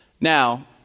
Now